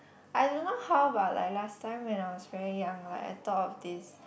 I don't know how but like last time when I was very young like I thought of this